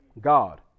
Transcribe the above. God